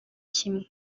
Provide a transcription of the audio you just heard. kimwe